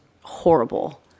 horrible